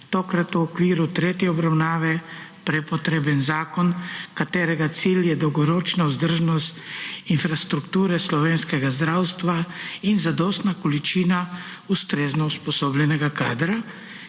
tokrat v okviru tretje obravnave prepotreben zakon, katerega cilj je dolgoročna vzdržnost infrastrukture slovenskega zdravstva in zadostna količina ustrezno usposobljenega kadra,